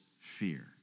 fear